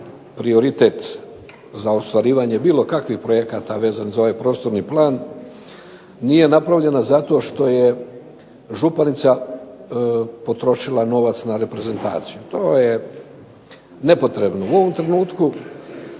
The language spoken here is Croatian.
prioritet za ostvarivanje bilo kakvih projekata vezan za ovaj prostorni plan nije napravljena zato što je županica potrošila novac na reprezentaciju. To je nepotrebno. U ovom trenutku